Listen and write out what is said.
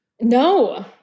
no